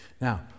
Now